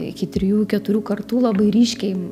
iki trijų keturių kartų labai ryškiai